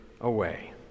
away